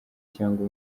cyangwa